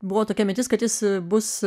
buvo tokia mintis kad jis bus